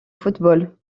football